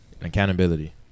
Accountability